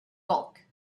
bulk